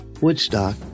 Woodstock